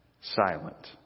silent